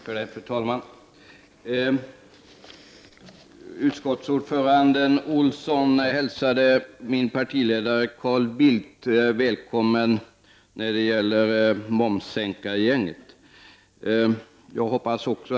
Fru talman! Utskottsordföranden Olsson hälsade min partiledare Carl Bildt välkommen till ”momssänkargänget”.